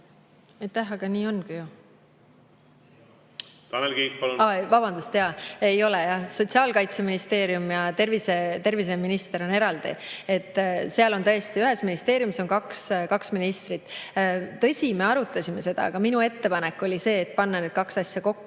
Aitäh! Aga nii ongi ju. Tanel Kiik, palun! Vabandust, jaa! Ei ole jah. Sotsiaalkaitseminister ja terviseminister on eraldi. Seal on tõesti ühes ministeeriumis kaks ministrit. Tõsi, me arutasime seda, minu ettepanek oli panna need kaks asja kokku,